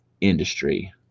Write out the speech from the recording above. industry